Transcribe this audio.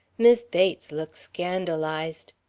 mis' bates looked scandalized.